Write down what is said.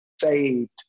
saved